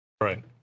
right